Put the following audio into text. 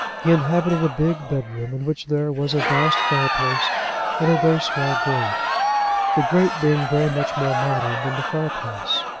he inhabited a big bed-room, in which there was a vast fireplace and a very small grate the grate being very much more modern than the fireplace.